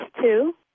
two